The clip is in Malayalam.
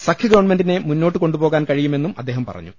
സഖ്യഗ വൺമെന്റിനെ മുന്നോട്ടു കൊണ്ടുപോകാൻ കഴിയുമെന്നും അദ്ദേഹം പറഞ്ഞു